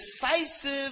decisive